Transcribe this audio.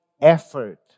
effort